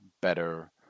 better